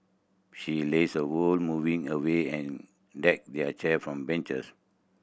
she lazed her whole morning away and deck their chair from beaches